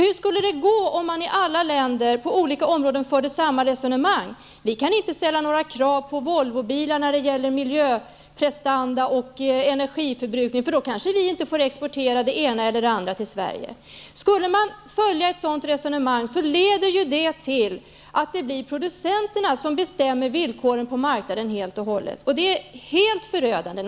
Hur skulle det gå om man i alla länder på olika områden förde samma resonemang: Vi kan inte ställa några krav på Volvobilar när det gäller miljöprestanda och energiförbrukning, eftersom vi då kanske inte får exportera det ena eller det andra till Sverige. Skulle man föra ett sådant resonemang leder detta till att det helt och hållet blir producenterna som bestämmer villkoren på marknaden, och det är helt förödande.